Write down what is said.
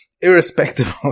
irrespective